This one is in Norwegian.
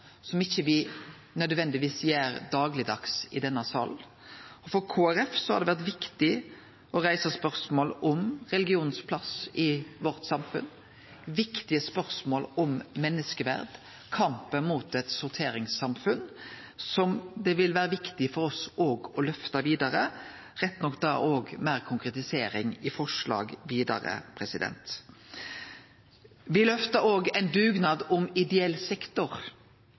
som me ikkje nødvendigvis har til dagleg i denne salen. For Kristeleg Folkeparti har det vore viktig å reise spørsmål om religionen sin plass i samfunnet vårt, viktige spørsmål om menneskeverd og kampen mot eit sorteringssamfunn, som det òg vil vere viktig for oss å løfte vidare – rett nok da òg meir konkretisert i forslag. Me løfta òg ein dugnad om ideell sektor,